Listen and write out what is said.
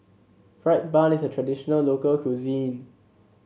fried bun is a traditional local cuisine